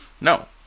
No